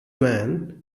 man